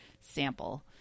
sample